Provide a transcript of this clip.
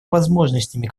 возможностями